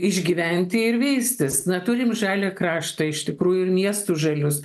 išgyventi ir veistis na turim žalią kraštą iš tikrųjų miestus žalius